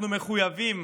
אנחנו מחויבים